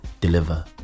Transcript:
deliver